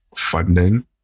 funding